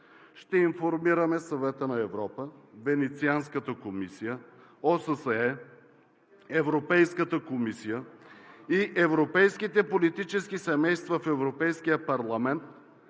Ще информираме Съвета на Европа, Венецианската комисия, ОССЕ, Европейската комисия и европейските политически семейства в Европейския парламент